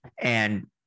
And-